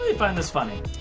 find this funny.